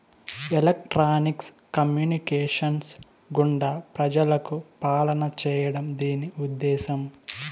electronics communications గుండా ప్రజలకు పాలన చేయడం దీని ఉద్దేశం